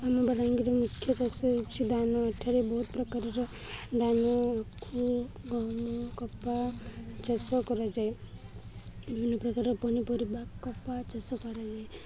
ଆମ ବଲାଙ୍ଗୀର ମୁଖ୍ୟ ଚାଷ ହେଉଛି ଧାନ ଏଠାରେ ବହୁତ ପ୍ରକାରର ଧାନ ଆଖୁ ଗହମ କପା ଚାଷ କରାଯାଏ ବିଭିନ୍ନ ପ୍ରକାର ପନିପରିବା କପା ଚାଷ କରାଯାଏ